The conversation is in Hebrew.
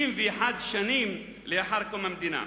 61 שנים לאחר קום המדינה.